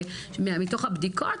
שמתוך הבדיקות,